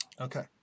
Okay